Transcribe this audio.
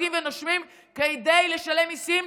בועטים ונושמים כדי לשלם מיסים,